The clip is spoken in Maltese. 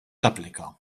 tapplika